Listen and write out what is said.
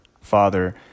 father